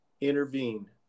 intervene